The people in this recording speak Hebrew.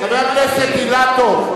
חבר הכנסת אילטוב.